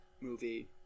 movie